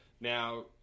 Now